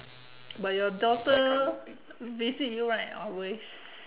but your daughter visit you right always